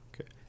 Okay